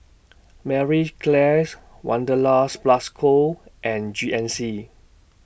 Marie Claires Wanderlust Plus Co and G N C